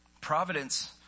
Providence